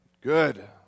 Good